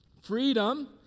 Freedom